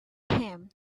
him